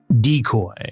decoy